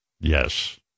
Yes